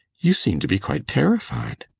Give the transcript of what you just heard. you seem to be quite terrified